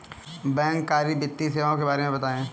बैंककारी वित्तीय सेवाओं के बारे में बताएँ?